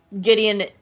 Gideon